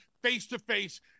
face-to-face